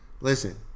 Listen